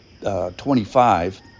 25